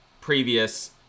previous